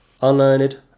unlearned